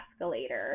escalator